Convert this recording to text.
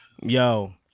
Yo